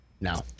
No